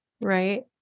Right